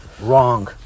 Wrong